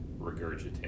regurgitate